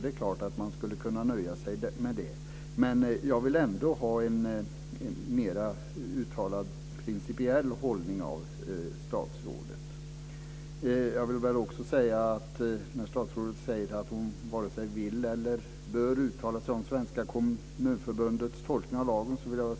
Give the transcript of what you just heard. Det är klart att man skulle kunna nöja sig med det, men jag vill ändå ha en mer uttalad principiell hållning från statsrådet. Statsrådet säger att hon vare sig vill eller bör uttala sig om Svenska Kommunförbundets tolkning av lagen.